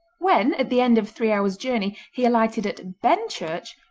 when at the end of three hours' journey he alighted at benchurch,